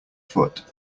foot